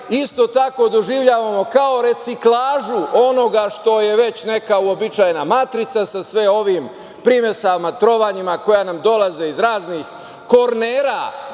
isto tako doživljavamo kao reciklažu onoga što je već neka uobičajena matrica sa sve ovim primesama, trovanjima koja nam dolaze iz raznih kornera